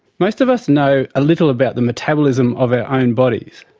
most of us know a little about the metabolism of our own bodies.